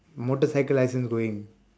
motorcycle license going